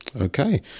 Okay